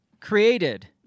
created